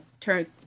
turn